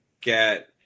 get